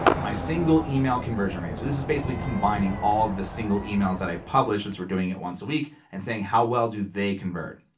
my single email conversion rate, so this is basically combining all of the single emails that i publish, since we're doing it once a week, and saying how well do they convert.